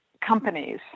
companies